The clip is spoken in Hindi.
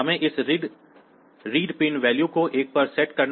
हमें इस रीड पिन वैल्यू को 1 पर सेट करना है